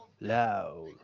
Loud